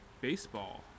baseball